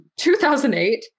2008